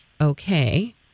okay